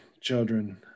children